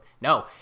no